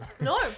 No